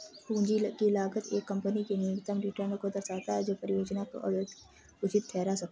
पूंजी की लागत एक कंपनी के न्यूनतम रिटर्न को दर्शाता है जो परियोजना को उचित ठहरा सकें